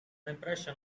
impression